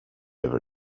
even